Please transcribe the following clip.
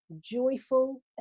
joyful